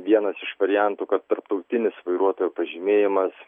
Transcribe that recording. vienas iš variantų kad tarptautinis vairuotojo pažymėjimas